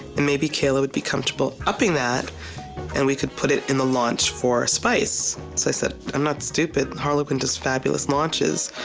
and maybe kayla would be comfortable upping that and we could put it in the launch for spice, so i said i'm not stupid, harlequin does fabulous launches.